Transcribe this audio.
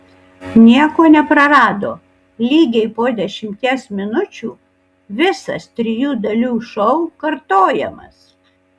nieko neprarado lygiai po dešimties minučių visas trijų dalių šou kartojamas